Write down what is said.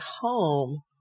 home